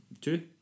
Two